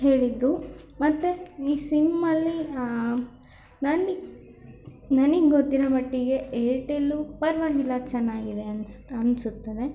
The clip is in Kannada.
ಹೇಳಿದರು ಮತ್ತು ಈ ಸಿಮ್ಮಲ್ಲಿ ನನಗೆ ನನಗೆ ಗೊತ್ತಿರೋಮಟ್ಟಿಗೆ ಏರ್ಟೆಲ್ಲು ಪರವಾಗಿಲ್ಲ ಚೆನ್ನಾಗಿದೆ ಅನ್ಸ್ ಅನ್ನಿಸುತ್ತದೆ